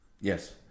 Yes